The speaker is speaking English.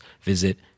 visit